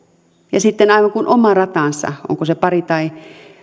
ja sitten aivan kuin oma ratansa onko se pari tai